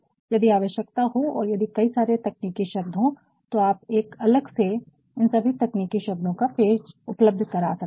यदि आवश्यकता हो और यदि कई सारे तकनीकी शब्द हो तो आप एक अलग से इन सभी तकनीकी शब्दों का पेज उपलब्ध करा सकते हैं